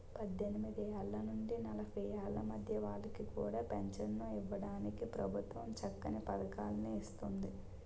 పద్దెనిమిదేళ్ల నుండి నలభై ఏళ్ల మధ్య వాళ్ళకి కూడా పెంచను ఇవ్వడానికి ప్రభుత్వం చక్కని పదకాన్ని ఇస్తోంది